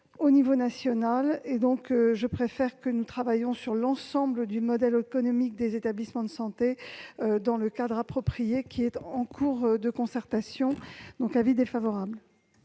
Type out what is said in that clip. au niveau national et je préfère que nous travaillions ainsi : sur l'ensemble du modèle économique des établissements de santé et dans le cadre approprié, actuellement en cours de concertation. Avis défavorable,